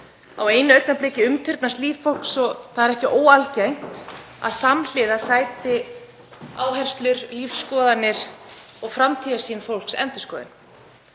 Á einu augnabliki umturnast líf fólks og það er ekki óalgengt að samhliða sæti áherslur, lífsskoðanir og framtíðarsýn fólks endurskoðun.